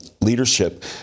leadership